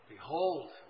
？Behold